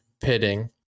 pitting